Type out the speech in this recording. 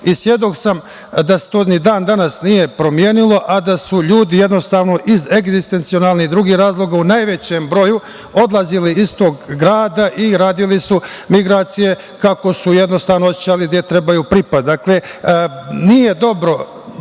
i svedok sam da se to ni dan danas nije promenilo, a da su ljudi jednostavno iz egzistencijalnih i drugih razloga u najvećem broju odlazili iz tog grada i radili su migracije kako su osećali gde trebaju da pripadaju. Dakle, nije dobro